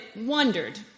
wondered